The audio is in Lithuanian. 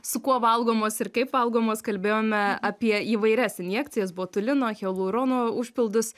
su kuo valgomos ir kaip valgomos kalbėjome apie įvairias injekcijas botulino hialurono užpildus